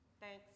Thanks